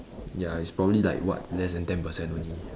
ya it's probably like what less than ten percent only